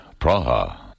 Praha